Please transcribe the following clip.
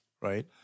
right